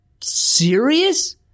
serious